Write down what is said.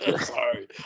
Sorry